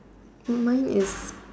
remind me of